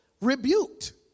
rebuked